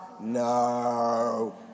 No